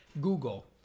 Google